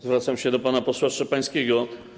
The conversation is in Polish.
Zwracam się do pana posła Szczepańskiego.